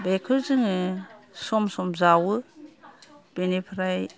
बेखौ जोङो सम सम जावो बेनिफ्राय